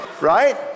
right